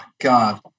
God